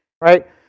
right